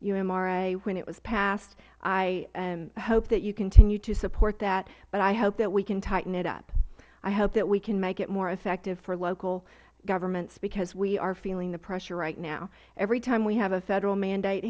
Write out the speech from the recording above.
umra when it was passed i hope that you continue to support that but i hope that we can tighten it up i hope that we can make it more effective for local governments because we are feeling the pressure right now every time we have a federal mandate